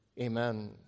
Amen